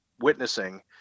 witnessing –